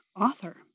author